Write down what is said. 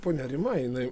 ponia rima jinai